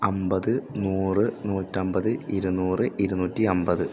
അൻപത് നൂറ് നൂറ്റി അൻപത് ഇരുന്നൂറ് ഇരുന്നൂറ്റി അൻപത്